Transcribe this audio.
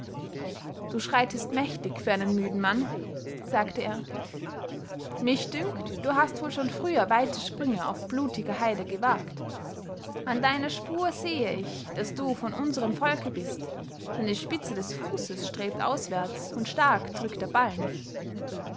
du schreitest mächtig für einen müden mann sagte er mich dünkt du hast wohl schon früher weite sprünge auf blutiger heide gewagt an deiner spur sehe ich daß du von unserem volke bist denn die spitze des fußes strebt auswärts und stark drückt der ballen